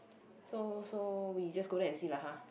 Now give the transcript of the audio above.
so so we just go there and see lah !huh!